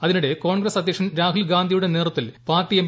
അതിനിടെ കോൺഗ്രസ് അധ്യക്ഷൻ രാഹുൽ ഗാന്ധിയുടെ നേതൃത്വത്തിൽ പാർട്ടി എം